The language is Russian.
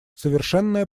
совершенная